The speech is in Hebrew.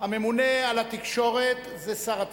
הממונה על התקשורת זה שר התקשורת,